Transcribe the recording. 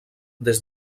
des